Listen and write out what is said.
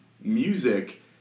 music